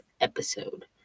episode